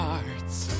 Hearts